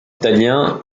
italien